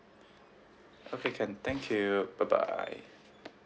okay can thank you bye bye